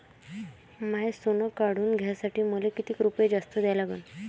माय सोनं काढून घ्यासाठी मले कितीक रुपये जास्त द्या लागन?